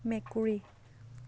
মেকুৰী